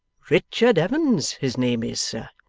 richard evans his name is, sir.